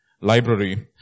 library